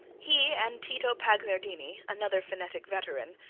he and tito pagliardini, another phonetic veteran,